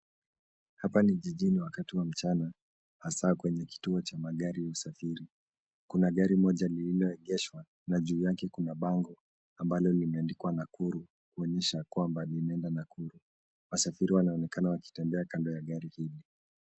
Hapa ni jijini wakati wa mchana hasa kwenye kituo cha magari ya usafiri. Kuna gari moja lililoegeshwa na juu yake kuna bango ambalo limeandikwa Nakuru kuonyesha linaenda Nakuru. Wasafiri wanaonekana wakitembea kando ya gari hili.